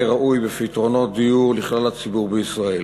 ראוי בפתרונות דיור לכלל הציבור בישראל.